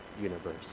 universe